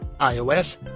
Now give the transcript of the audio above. iOS